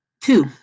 Two